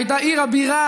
היא הייתה עיר הבירה